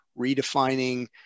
redefining